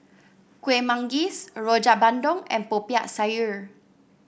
Kuih Manggis Rojak Bandung and Popiah Sayur